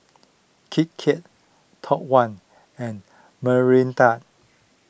Kiki Top one and Mirinda